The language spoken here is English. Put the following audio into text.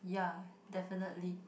ya definitely